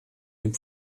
dem